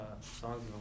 songs